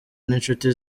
n’inshuti